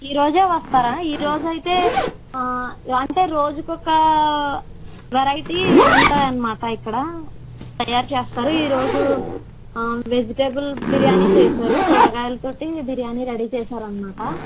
ఈరోజే వస్తారా ఈరోజైతే అంటే రోజుకొక్క వెరైటీ ఉంటుందనమాట ఇక్కడా తయారు చేస్తారు ఈరోజు వెజిటబుల్ బిర్యానీ చేసారు కూరగాయల తోటి బిర్యానీ రెడీ చేశారనమాట